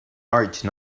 large